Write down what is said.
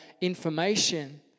information